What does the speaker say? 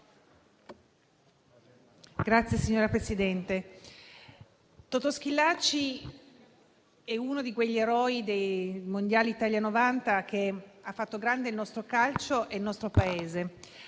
Signora Presidente, Totò Schillaci è uno degli eroi dei mondiali di Italia '90 che hanno fatto grande il nostro calcio e il nostro Paese.